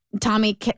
Tommy